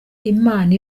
imana